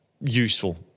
useful